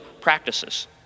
practices